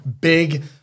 big